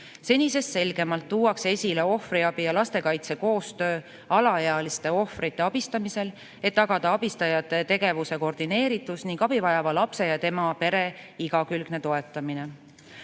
Senisest selgemalt tuuakse esile ohvriabi ja lastekaitse koostöö alaealiste ohvrite abistamisel, et tagada abistajate tegevuse koordineeritus ning abivajava lapse ja tema pere igakülgne toetamine.